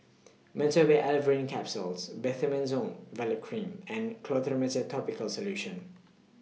Meteospasmyl Alverine Capsules Betamethasone Valerate Cream and Clotrimozole Topical Solution